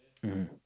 mmhmm